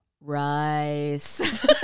Rice